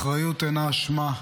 אחריות אינה אשמה.